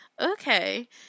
okay